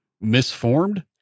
misformed